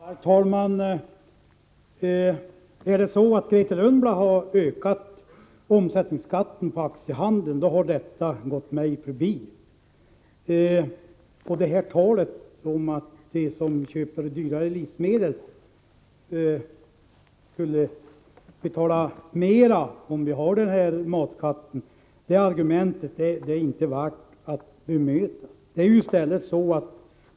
Herr talman! Om Grethe Lundblad har ökat omsättningsskatten på aktiehandeln, har det gått mig förbi. Argumentet att de som köper dyrare livsmedel betalar mer om vi har nuvarande matskatt är inte värt att bemöta.